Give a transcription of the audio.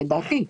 לדעתי,